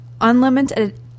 unlimited